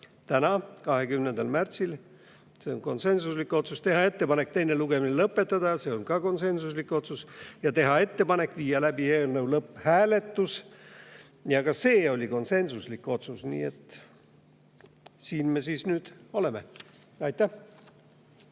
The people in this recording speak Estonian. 20. märtsiks, see oli konsensuslik otsus; teha ettepanek teine lugemine lõpetada, see oli ka konsensuslik otsus; ja teha ettepanek viia läbi eelnõu lõpphääletus, ja seegi oli konsensuslik otsus. Nii et siin me siis nüüd oleme. Aitäh!